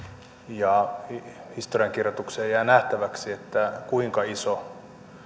ja historiankirjoitukseen jää nähtäväksi kuinka iso